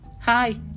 Hi